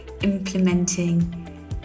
implementing